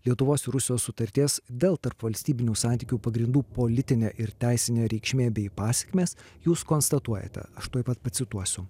lietuvos ir rusijos sutarties dėl tarpvalstybinių santykių pagrindų politinė ir teisinė reikšmė bei pasekmės jūs konstatuojate aš tuoj pat pacituosiu